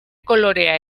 kolorea